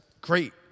great